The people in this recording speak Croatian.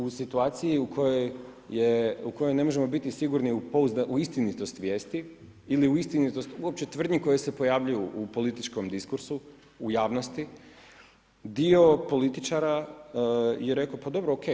U situaciji u kojoj ne možemo biti sigurni u istinitost vijesti ili u istinitost uopće tvrdnje koje se pojavljuju u političkom diskursu u javnosti, dio političara je rekao: pa dobro, OK.